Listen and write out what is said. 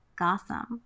Gossam